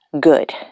good